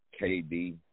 KD